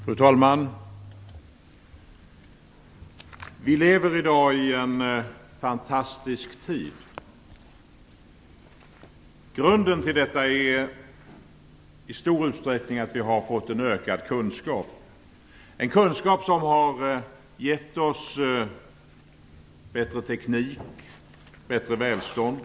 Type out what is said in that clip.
Fru talman! Vi lever i dag i en fantastisk tid. Grunden till detta är i stor utsträckning att vi har fått en ökad kunskap, en kunskap som har gett oss bättre teknik och större välstånd.